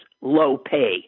low-pay